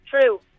True